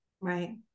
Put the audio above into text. Right